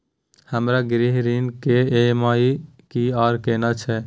हमर गृह ऋण के ई.एम.आई की आर केना छै?